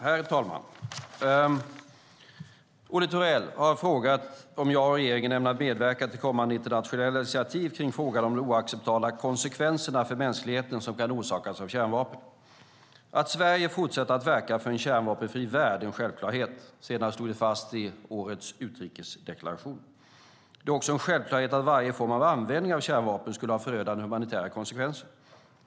Herr talman! Olle Thorell har frågat om jag och regeringen ämnar medverka till kommande internationella initiativ kring frågan om de oacceptabla konsekvenser för mänskligheten som kan orsakas av kärnvapen. Att Sverige fortsätter att verka för en kärnvapenfri värld är en självklarhet. Senast slogs det fast i årets utrikesdeklaration. Det är också en självklarhet att varje form av användning av kärnvapen skulle ha förödande humanitära konsekvenser.